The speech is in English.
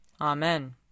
Amen